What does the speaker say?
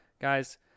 guys